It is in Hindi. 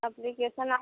अप्लीकेसन आप